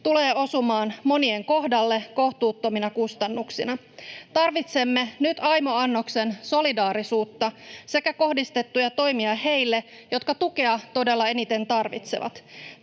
tulevat osumaan monien kohdalle kohtuuttomina kustannuksina. Tarvitsemme nyt aimo annoksen solidaarisuutta sekä kohdistettuja toimia heille, jotka tukea todella eniten tarvitsevat.